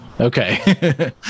okay